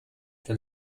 der